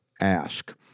ask